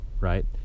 right